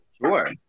Sure